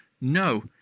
no